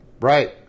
Right